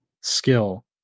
skill